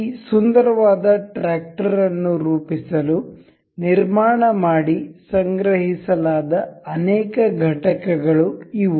ಈ ಸುಂದರವಾದ ಟ್ರಾಕ್ಟರ್ ಅನ್ನು ರೂಪಿಸಲು ನಿರ್ಮಾಣ ಮಾಡಿ ಸಂಗ್ರಹಿಸಲಾದ ಅನೇಕ ಘಟಕಗಳು ಇವು